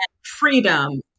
freedom